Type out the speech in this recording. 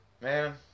man